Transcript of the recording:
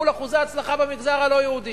מול אחוזי ההצלחה במגזר הלא-יהודי.